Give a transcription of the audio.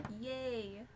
Yay